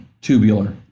tubular